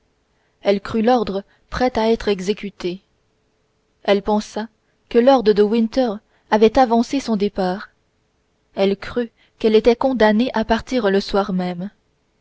elle crut l'ordre prêt à être exécuté elle pensa que lord de winter avait avancé son départ elle crut qu'elle était condamnée à partir le soir même